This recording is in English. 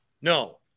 No